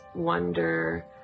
wonder